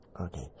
Okay